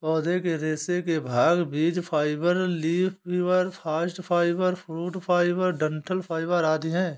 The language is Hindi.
पौधे के रेशे के भाग बीज fibre, leaf fibre, bast fibre, fruit fibre, डंठल फाइबर आदि है